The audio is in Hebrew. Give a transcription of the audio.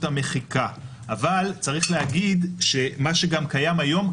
המחיקה אבל צריך להגיד שמה שקיים היום,